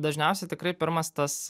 dažniausiai tikrai pirmas tas